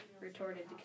retorted